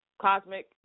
Cosmic